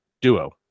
duo